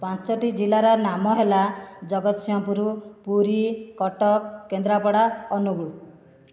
ପାଞ୍ଚଟି ଜିଲ୍ଲାର ନାମ ହେଲା ଜଗତସିଂହପୁର ପୁରୀ କଟକ କେନ୍ଦ୍ରାପଡ଼ା ଅନୁଗୁଳ